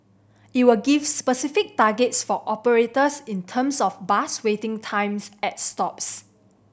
it will give specific targets for operators in terms of bus waiting times at stops